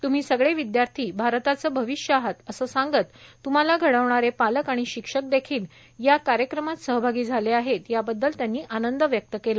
त्म्ही सगळे विद्यार्थी भारताचे भविष्य आहात असे सांगत त्म्हाला घडवणारे पालक आणि शिक्षक देखील या कार्यक्रमात सहभागी झाले आहेत याबद्दल त्यांनी आनंद व्यक्त केला